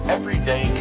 Everyday